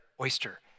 oyster